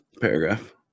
paragraph